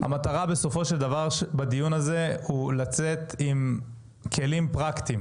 המטרה בסופו של דבר בדיון הזה היא לצאת עם כלים פרקטיים,